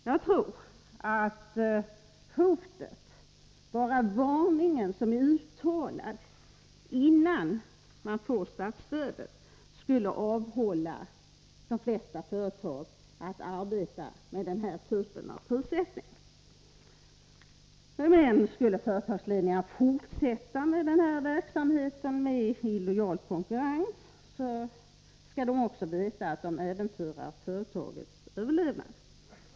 Jag tror att hotet, bara den varning som är uttalad innan företagen får statsstöd, skulle avhålla de flesta företag från att arbeta med denna typ av prissättning. Om företagsledningarna skulle fortsätta denna verksamhet med illojal konkurrens, skall de också veta att de äventyrar företagens överlevnad.